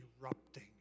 erupting